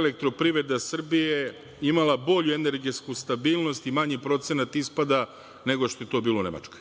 „Elektroprivreda Srbije“ imala bolju energetsku stabilnost i manji procenat ispada nego što je to bilo u Nemačkoj.